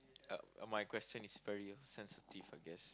uh my question is very sensitive I guess